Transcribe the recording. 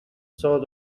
sort